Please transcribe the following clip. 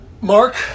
Mark